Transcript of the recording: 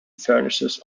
furnaces